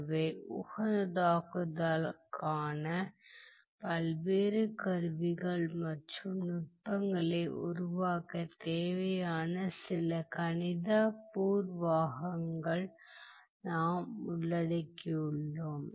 எனவே உகந்ததாக்குதல்க்கான பல்வேறு கருவிகள் மற்றும் நுட்பங்களை உருவாக்க தேவையான சில கணித பூர்வாகங்களை நாம் உள்ளடக்கியுள்ளோம்